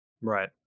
Right